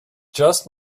just